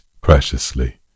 preciously